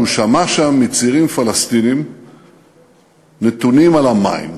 והוא שמע שם מצעירים פלסטינים נתונים על המים,